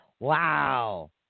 Wow